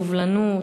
סובלנות,